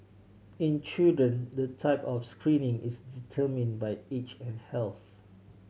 in children the type of screening is determined by age and health